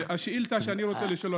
השאילתה שאני רוצה לשאול,